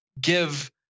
give